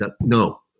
no